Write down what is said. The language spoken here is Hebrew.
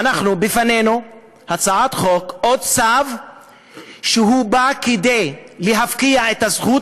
בפנינו הצעת חוק או צו שבא להפקיע את הזכות